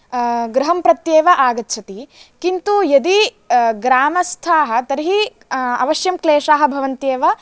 गृहं प्रत्येव आगच्छति किन्तु यदि ग्रामस्थाः तर्हि अवश्यं क्लेशाः भवन्त्येव